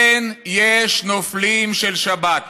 כן, יש נופלים של שבת.